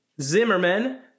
Zimmerman